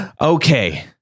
Okay